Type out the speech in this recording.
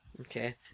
Okay